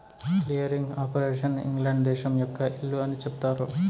clearing operation England దేశం యొక్క ఇల్లు అని చెబుతారు